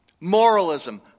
Moralism